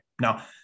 Now